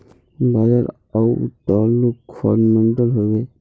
बाजार outlook fundamental हैवै?